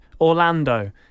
Orlando